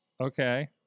Okay